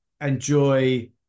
enjoy